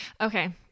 okay